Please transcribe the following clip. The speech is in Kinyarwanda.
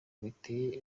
bigeye